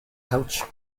couch